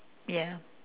yeah